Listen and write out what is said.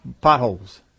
potholes